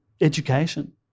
education